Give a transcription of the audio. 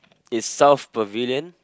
is South Pavilion